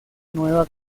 nueva